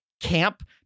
camp